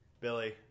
billy